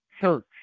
church